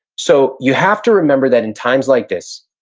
so you have to remember that in times like this,